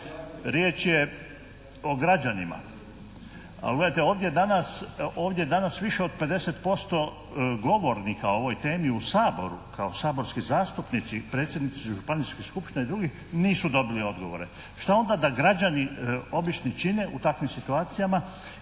Riječ je o građanima. Ali gledajte, ovdje danas više od 50% govornika o ovoj temi u Saboru kao saborski zastupnici, predsjednici županijskih skupština i drugih nisu dobili odgovore. Šta onda da građani obični čine u takvim situacijama?